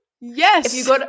Yes